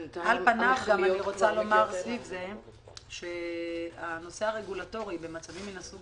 אני רוצה לומר סביב זה שהנושא הרגולטורי במצבים מן הסוג